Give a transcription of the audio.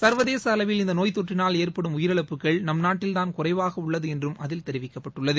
சர்வதேச அளவில் இந்த நோய் தொற்றினால் ஏற்படும் உயிரிழப்புகள் நம் நாட்டில்தான் குறைவாக உள்ளது என்றும் அதில் தெரிவிக்கப்பட்டுள்ளது